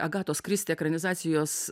agatos kristi ekranizacijos